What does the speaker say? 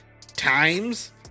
times